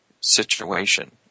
situation